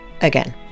again